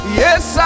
yes